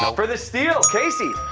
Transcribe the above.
for the steal? casey?